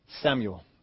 Samuel